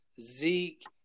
Zeke